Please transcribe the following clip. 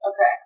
Okay